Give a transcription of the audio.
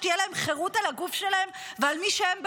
שתהיה להם חירות על הגוף שלהם ועל מי שהם,